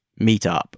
meetup